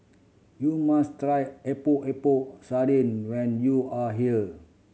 you must try Epok Epok Sardin when you are here